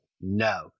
no